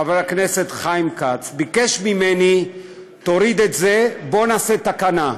חבר הכנסת חיים כץ: תוריד את זה, בוא נעשה תקנה.